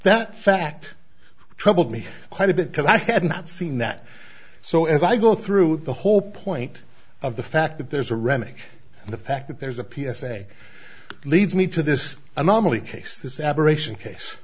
that fact troubled me quite a bit because i had not seen that so as i go through the whole point of the fact that there's a remix and the fact that there's a p s a leads me to this anomaly case this abberation case